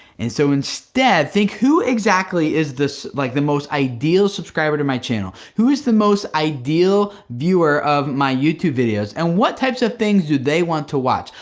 and so, instead, think who exactly is like the most ideal subscriber to my channel? who is the most ideal viewer of my youtube videos? and what types of things do they want to watch?